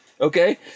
Okay